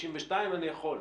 אני יכול.